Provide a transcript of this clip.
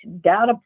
data